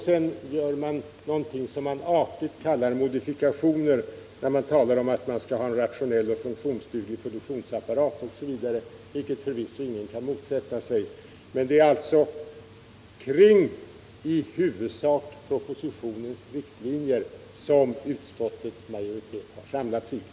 Sedan gör man någonting som man artigt kallar modifikationer, när man talar om att man skall ha en rationell och funktionsduglig produktionsapparat OSv., vilket förvisso ingen kan motsätta sig. Men det är kring i huvudsak propositionens riktlinjer som utskottets majoritet har samlat sig.